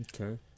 Okay